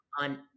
on